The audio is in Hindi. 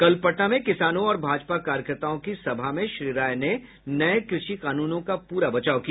कल पटना में किसानों और भाजपा कार्यकर्ताओं की सभा में श्री राय ने नए कृषि कानूनों का पूरा बचाव किया